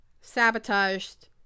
sabotaged